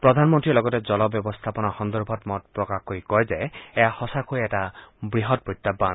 প্ৰধানমন্ত্ৰীয়ে লগতে জল ব্যৱস্থাপনা সন্দৰ্ভত মত প্ৰকাশ কৰি কয় যে এয়া সূচাকৈয়ে এটা বৃহৎ প্ৰত্যাহান